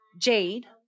Jade